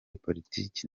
politiki